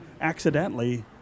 accidentally